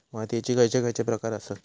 मातीयेचे खैचे खैचे प्रकार आसत?